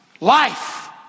life